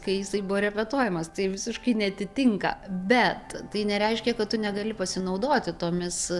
kai jisai buvo repetuojamas tai visiškai neatitinka bet tai nereiškia kad tu negali pasinaudoti tomis